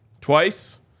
Twice